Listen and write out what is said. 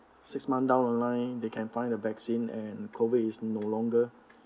six month down the line they can find a vaccine and COVID is no longer